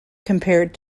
compared